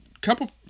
couple